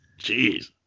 Jeez